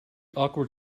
awkward